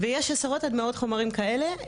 יש עשרות עד מאות חומרים כאלה.